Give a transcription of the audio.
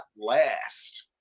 last